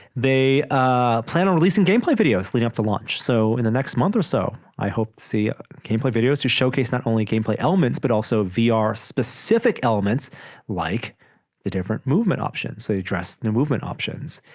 they ah plan on releasing gameplay videos leading up to launch so in the next month or so i hope to see gameplay videos to showcase not only gameplay elements but also vr specific elements like the different movement options so you dress new movement options